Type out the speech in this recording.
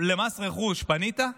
למס רכוש פנית?